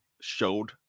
showed